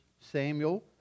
Samuel